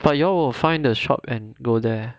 but you all will find the shop and go there